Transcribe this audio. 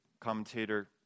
commentator